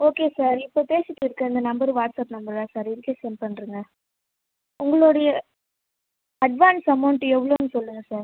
okay sir இப்போ பேசிகிட்டு இருக்க இந்த நம்பரு வாட்ஸ்அப் நம்பர் தான் சார் இதுக்கே சென்ட் பண்ணிருங்க உங்களோடைய அட்வான்ஸ் அமௌண்ட் எவ்வளோன்னு சொல்லுங்கள் சார்